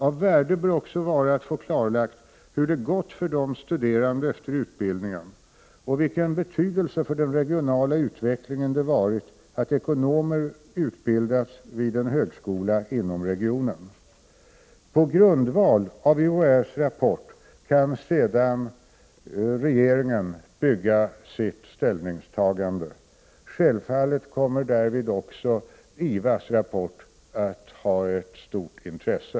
Av värde bör också vara att få klarlagt hur det gått för de studerande efter utbildningen och vilken betydelse för den regionala utvecklingen det haft att ekonomer utbildats vid en högskola inom regionen. På grundval av UHÄ:s rapport kan regeringen sedan bygga sitt ställningstagande. Självfallet kommer därvid också IVA:s rapport att ha ett stort intresse.